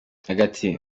hagati